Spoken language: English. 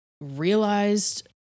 realized